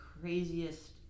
craziest